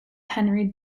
henry